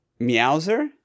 meowser